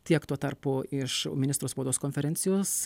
tiek tuo tarpu iš ministro spaudos konferencijos